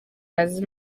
bazi